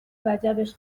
وجبش